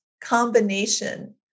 combination